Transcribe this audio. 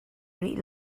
rih